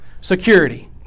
Security